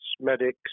medics